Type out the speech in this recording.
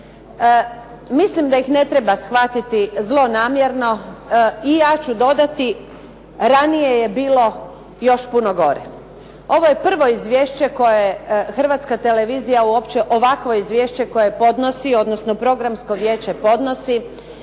Mislim da ih ne treba shvatiti zlonamjerno i ja ću dodati, ranije je bilo još puno gore. Ovo je prvo izvješće koje Hrvatska televizija, uopće ovakvo izvješće koje podnosi odnosno Programsko vijeće podnosi.